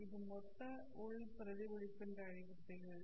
இது மொத்த உள் பிரதிபலிப்பு என்று அழைக்கப்படுகிறது